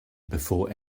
before